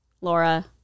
Laura